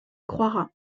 croira